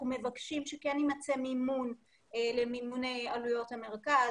אנחנו מבקשים שכן יימצא מימון למימון עלויות המרכז.